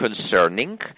Concerning